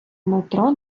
метро